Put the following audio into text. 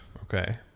Okay